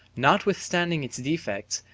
notwithstanding its defects,